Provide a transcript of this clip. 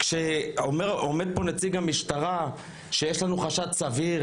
כשאומר פה נציג המשטרה שיש לנו חשד סביר